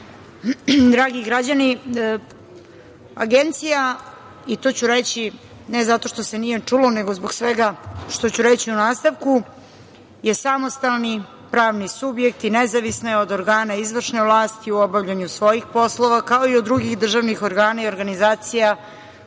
dragi građani, Agencija je, i to ću reći, ne zato što se nije čulo, nego zbog svega što ću reći u nastavku, samostalni pravni subjekt i nezavisna je od organa izvršne vlasti u obavljanju svojih poslova, kao i od drugih državnih organa i organizacija,